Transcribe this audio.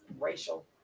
racial